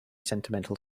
sentimental